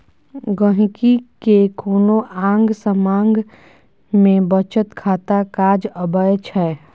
गांहिकी केँ कोनो आँग समाँग मे बचत खाता काज अबै छै